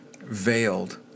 veiled